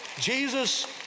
Jesus